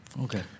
Okay